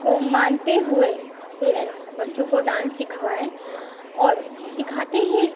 को मानते हुए पेरेन्ट्स बच्चों को डान्स सिखवाएँ और सिखाते ही